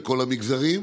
לכל המגזרים,